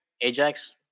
Ajax